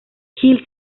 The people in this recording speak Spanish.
gil